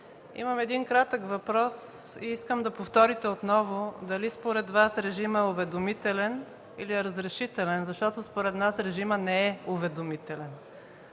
имам кратък въпрос и искам да повторите отново дали режимът е уведомителен или разрешителен. Според нас режимът не е уведомителен.